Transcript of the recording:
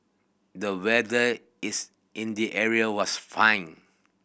the weather is in the area was fine